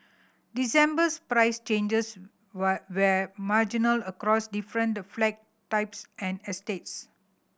December's price changes were were marginal across different the flat types and estates